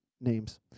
names